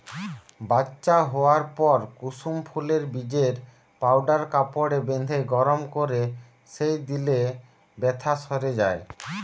বাচ্চা হোয়ার পর কুসুম ফুলের বীজের পাউডার কাপড়ে বেঁধে গরম কোরে সেঁক দিলে বেথ্যা সেরে যায়